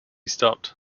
stopped